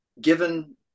given